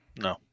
No